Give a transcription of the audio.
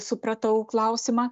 supratau klausimą